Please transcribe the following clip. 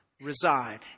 reside